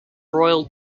royal